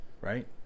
right